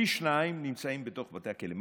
פי שניים נמצאים בתוך בתי הכלא?